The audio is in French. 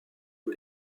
que